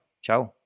ciao